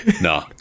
No